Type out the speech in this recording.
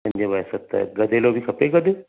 पंज बाय सत गदेलो बि खपे गॾु